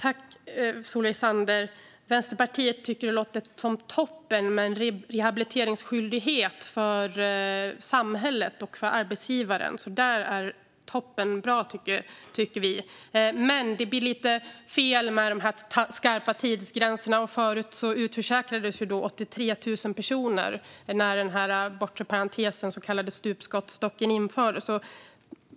Fru talman! Vänsterpartiet tycker att det är toppen med en rehabiliteringsskyldighet för samhället och för arbetsgivaren. Det är toppenbra, tycker vi. Men det blir lite fel med de skarpa tidsgränserna. Tidigare utförsäkrades 83 000 personer när den bortre parentesen, den så kallade stupstocken, infördes.